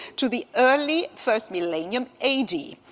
to the early first millennium a d.